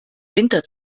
winter